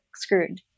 Screwed